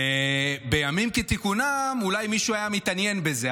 בימים כתיקונם אולי מישהו היה מתעניין בזה,